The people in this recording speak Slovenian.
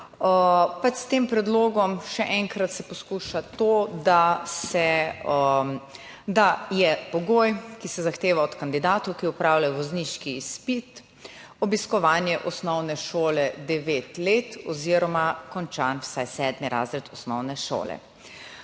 S tem predlogom se še enkrat poskuša to, da je pogoj, ki se zahteva od kandidatov, ki opravljajo vozniški izpit, obiskovanje osnovne šole devet let oziroma končan vsaj sedmi razred osnovne šole.